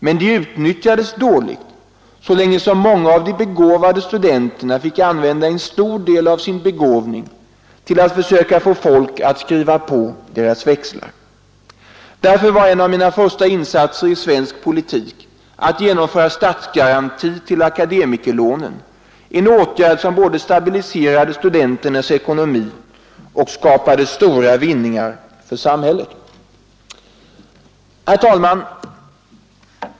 Men de utnyttjades dåligt, så länge som många av de begåvade studenterna fick använda stor del av sin begåvning till att försöka få folk att skriva på deras växlar. Därför var en av mina första insatser i svensk politik att genomföra statsgaranti till akademikerlånen, en åtgärd som både stabiliserade studenternas ekonomi och skapade stora vinningar för samhället.” Herr talman!